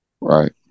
Right